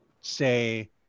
say